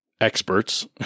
experts